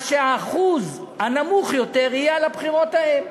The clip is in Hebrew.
אז האחוז הנמוך יותר יהיה על הבחירות ההן,